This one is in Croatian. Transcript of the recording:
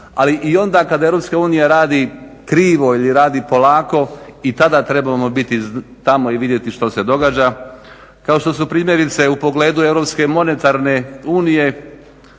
Ali i onda kada EU radi krivo ili radi polako i tada trebamo biti tamo i vidjeti što se događa, kao što su primjerice u pogledu